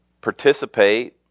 participate